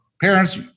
parents